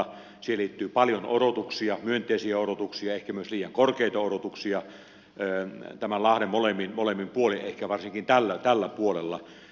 siihen liittyy paljon odotuksia myönteisiä odotuksia ja ehkä myös liian korkeita odotuksia tämän lahden molemmin puolin ehkä varsinkin tällä puolella